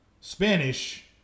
Spanish